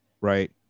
Right